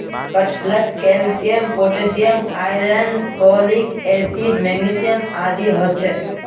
कटहलत calcium potassium iron folic acid magnesium आदि ह छे